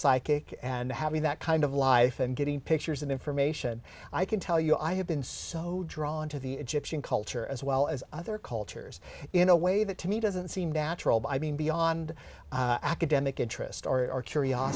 psychic and having that kind of life and getting pictures and information i can tell you i have been so drawn to the egyptian culture as well as other cultures in a way that to me doesn't seem down i mean beyond academic interest or